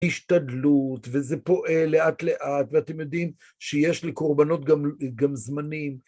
השתדלות, וזה פועל לאט לאט, ואתם יודעים שיש לקורבנות גם זמנים.